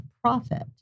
profit